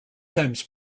times